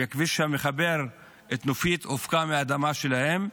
הכביש שמחבר את נופית הופקע מהאדמה שלהם,